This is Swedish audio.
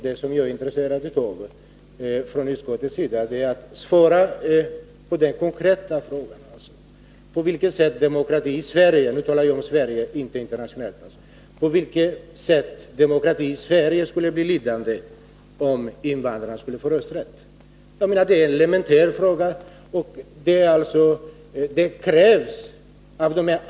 Det som jag är intresserad av är att från utskottets sida få ett svar på den konkreta frågan: På vilket sätt skulle demokratin i Sverige — jag talar om Sverige och inte om förhållanden i andra länder — bli lidande om invandrarna skulle få rösträtt i riksdagsvalen? Det är en elementär fråga.